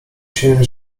się